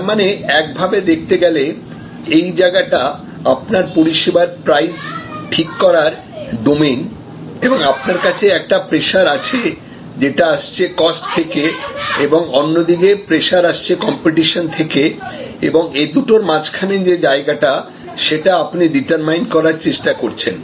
তারমানে একভাবে দেখতে গেলে এই জায়গাটা আপনার পরিষেবার প্রাইস ঠিক করার ডোমেইন এবং আপনার কাছে একটা প্রেসার আছে যেটা আসছে কস্ট থেকে এবং অন্যদিকে প্রেসার আসছে কম্পিটিশন থেকে এবং এ দুটোর মাঝখানে যে জায়গাটাসেটা আপনি ডিটারমাইন্ করার চেষ্টা করছেন